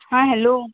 हां हॅलो